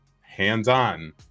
hands-on